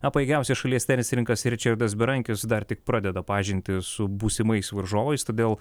o pajėgiausias šalies tenisininkas ričardas berankis dar tik pradeda pažintį su būsimais varžovais todėl